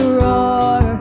roar